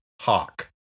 Hawk